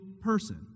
person